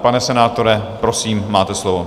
Pane senátore, prosím, máte slovo.